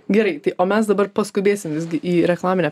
gerai tai o mes dabar paskubėsim visgi į reklaminę